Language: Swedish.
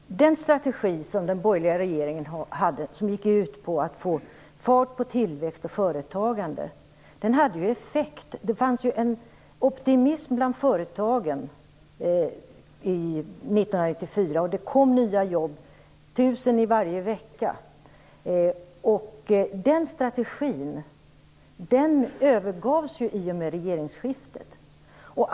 Fru talman! Den strategi som den borgerliga regeringen hade gick ut på att få fart på tillväxt och företagande. Den strategin fick effekt. Det fanns ju en optimism bland företagen år 1994. Det skapades tusen nya jobb varje vecka. Den strategin övergavs i och med regeringsskiftet.